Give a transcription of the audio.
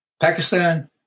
Pakistan